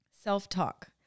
self-talk